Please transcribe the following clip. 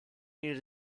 need